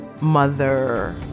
mother